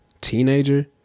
teenager